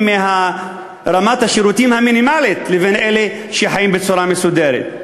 מרמת השירותים המינימלית לבין אלה שחיים בצורה מסודרת.